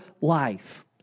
life